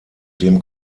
dem